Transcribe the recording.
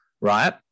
right